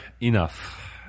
enough